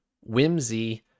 Whimsy